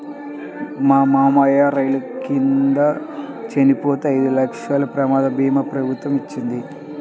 మా మావయ్య రైలు కింద చనిపోతే ఐదు లక్షల ప్రమాద భీమా ప్రభుత్వమే ఇచ్చింది